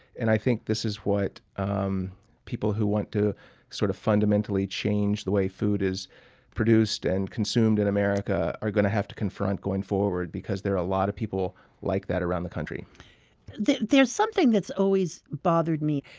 and i think this is what um people who want to sort of fundamentally change the way food is produced and consumed in america are going to have to confront going forward, because there are a lot of people like that around the country there's something that's always bothered me.